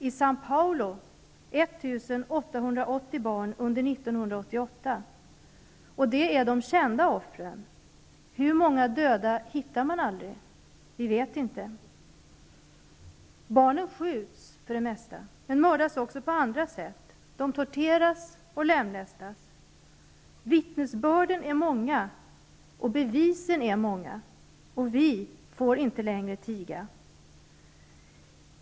I Sao Paolo dödades 1 880 barn under 1988. Det är de kända offren. Hur många döda hittar man aldrig? Det vet vi inte. Barnen skjuts för det mesta, men de mördas också på andra sätt. De torteras och lemlästas. Vittnesbörden och bevisen är många. Vi får inte längre tiga.